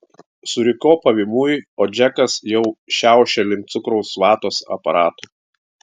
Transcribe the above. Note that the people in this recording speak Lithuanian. suriko pavymui o džekas jau šiaušė link cukraus vatos aparato